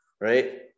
right